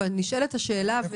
נשאלת השאלה,